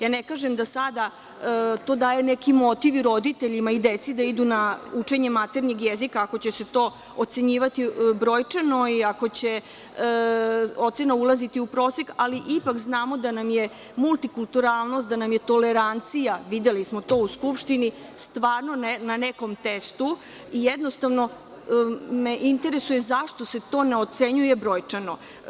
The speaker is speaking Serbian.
Ne kažem da sada to daje neki motiv i roditeljima i deci da idu na učenje maternjeg jezika ako će se to ocenjivati brojčano i ako će ocena ulaziti u prosek, ali ipak znamo da nam je multikulturalnost, da nam je tolerancija, videli smo to u Skupštini, stvarno na nekom testu i jednostavno me interesuje zašto se to ne ocenjuje brojčano.